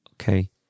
Okay